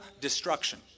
destruction